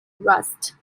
rust